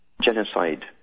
Genocide